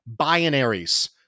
binaries